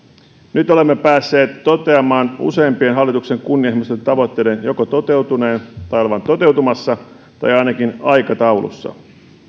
nyt olemme päässeet toteamaan hallituksen useimpien kunnianhimoisten tavoitteiden joko toteutuneen tai olevan toteutumassa tai ainakin aikataulussa